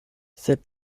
sed